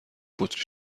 بطری